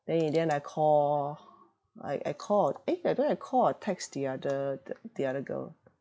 then in the end I call I I called eh I don't know I call or text the other the the other girl